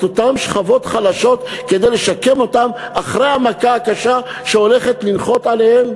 את אותן שכבות חלשות כדי לשקם אותן אחרי המכה הקשה שהולכת לנחות עליהן?